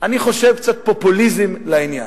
אני חושב שעושים קצת פופוליזם לעניין.